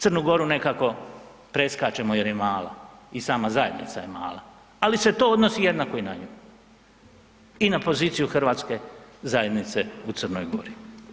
Crnu Goru nekako preskačemo jer je mala i sama zajednica je mala, ali se to odnosi jednako i na nju i na poziciju hrvatske zajednice u Crnoj Gori.